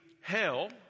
hell